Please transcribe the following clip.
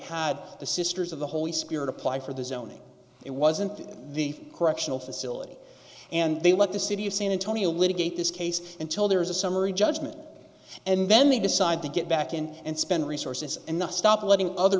had the sisters of the holy spirit apply for the zoning it wasn't the correctional facility and they let the city of san antonio litigate this case until there is a summary judgement and then they decide to get back in and spend resources and not stop letting other